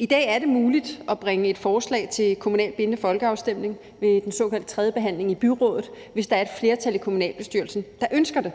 I dag er det muligt at bringe et forslag til en kommunalt bindende folkeafstemning ved den såkaldte tredjebehandling i byrådet, hvis der er et flertal i kommunalbestyrelsen, der ønsker det.